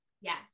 Yes